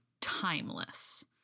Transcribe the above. timeless